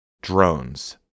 drones